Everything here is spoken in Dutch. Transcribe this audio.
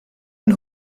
een